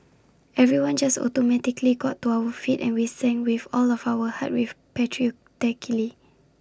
everyone just automatically got to our feet and we sang with all of our hearts very patriotically